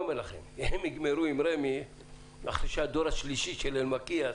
הם יגמרו הם רמ"י אחרי שהדור השלישי של אלמקייס